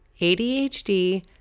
ADHD